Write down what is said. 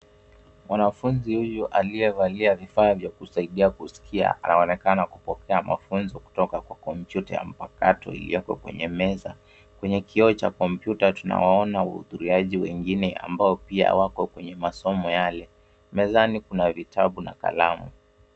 Mwanafunzi huyu aliyevalia vifaa vya kumsaidia kusikia anaonekana kupokea mafunzo kutoka kompyuta ya mpakato hii hapa kwenye meza. Kwenye kioo cha kompyuta tunaona wahudhuriaji wengine ambao pia wako kwenye masomo yale. Mezani kuna vitabu na kalamu.